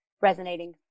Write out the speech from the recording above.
resonating